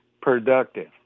productive